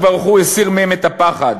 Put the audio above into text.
הקדוש-ברוך-הוא הסיר מהם את הפחד.